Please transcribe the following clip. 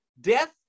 death